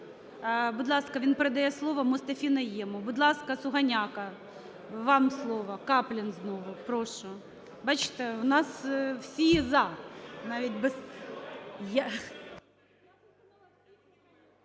Будь ласка, він передає слово Мустафі Найєму. Будь ласка, Сугоняко, вам слово. Каплін знову. Прошу. Бачите, у нас всі "за".